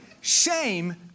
shame